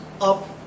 up